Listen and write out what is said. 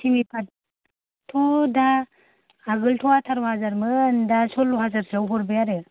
सेमि फात थ' दा आगोलथ' आथार हाजारमोन दा सरल' हाजारसोयावनो हरबाय आरो